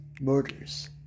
murders